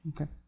Okay